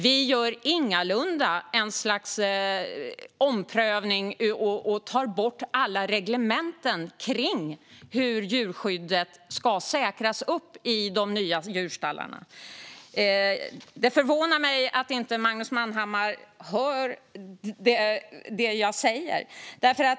Vi gör ingalunda en omprövning och tar ingalunda bort alla reglementen kring hur djurskyddet ska säkras i de nya djurstallarna. Det förvånar mig att Magnus Manhammar inte hör det jag säger.